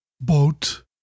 boat